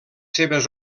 seves